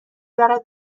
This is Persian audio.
برد